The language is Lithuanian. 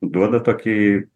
duoda tokį